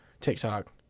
TikTok